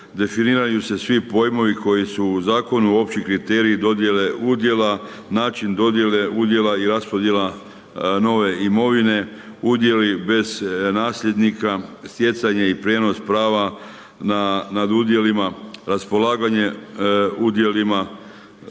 Definiraju se svi pojmovi koji su u Zakonu opći kriteriji dodjele udjela, način dodjele udjela i raspodjela nove imovine, udjeli bez nasljednika, stjecanje i prijenos prava nad udjelima, raspolaganje udjelima,